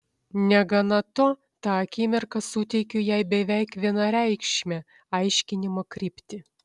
negana to tą akimirką suteikiu jai beveik vienareikšmę aiškinimo kryptį